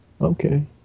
okay